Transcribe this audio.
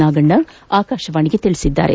ನಾಗಣ್ಣ ಆಕಾಶವಾಣಿಗೆ ತಿಳಿಸಿದ್ದಾರೆ